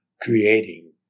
creating